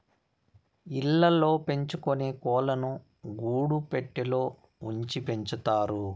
ఇళ్ళ ల్లో పెంచుకొనే కోళ్ళను గూడు పెట్టలో ఉంచి పెంచుతారు